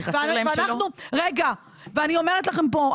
ואני אומרת לכם פה,